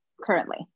currently